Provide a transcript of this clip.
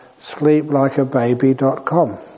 sleeplikeababy.com